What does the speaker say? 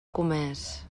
comés